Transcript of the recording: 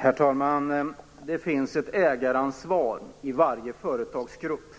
Herr talman! Det finns ett ägaransvar i varje företagsgrupp.